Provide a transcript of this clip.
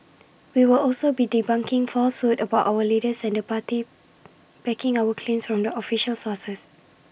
we will also be debunking falsehoods about our leaders and the party backing our claims from the official sources